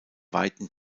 weiten